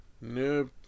Nope